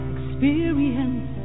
Experience